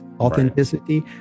authenticity